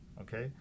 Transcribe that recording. okay